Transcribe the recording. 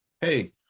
Hey